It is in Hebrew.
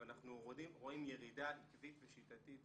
אבל אנחנו רואים ירידה עקבית ושיטתית